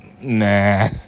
Nah